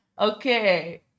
okay